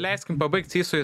leiskim pabaigt sysui